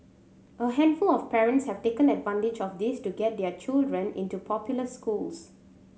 a handful of parents have taken advantage of this to get their children into popular schools